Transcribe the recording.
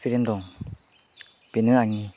experience दं बेनो आंनि